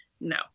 no